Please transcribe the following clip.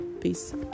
Peace